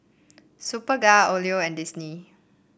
Superga Odlo and Disney